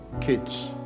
kids